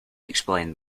explain